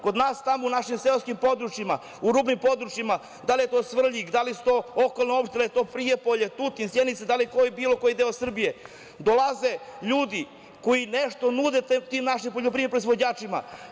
Kod nas tamo u našim seoskim područjima, u rudnim područjima, da li je to Svrljig, da li su to okolne opštine, Prijepolje, Tutin, Sjenica, da li je bilo koji deo Srbije, dolaze ljudi koji nešto nude tim našim poljoprivrednim proizvođačima.